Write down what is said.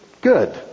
good